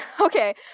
Okay